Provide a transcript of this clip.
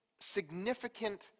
significant